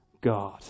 God